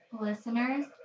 Listeners